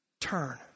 turn